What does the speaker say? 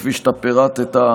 כפי שפירטת,